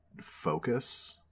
focus